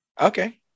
Okay